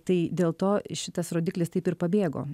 tai dėl to šitas rodiklis taip ir pabėgo